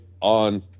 on